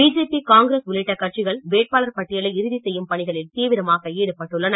BJP Congress உள்ளிட்ட கட்சிகள் வேட்பாளர் பட்டியலை இறுதி செய்யும் பணிகளில் தீவிரமாக ஈடுபட்டுள்ளன